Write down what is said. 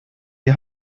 die